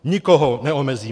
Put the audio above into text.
Nikoho neomezíme.